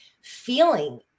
feeling